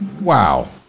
Wow